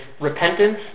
repentance